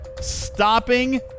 stopping